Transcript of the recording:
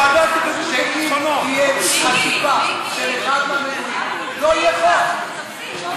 אני מציע שאם תהיה חפיפה של אחד, לא יהיה חוק.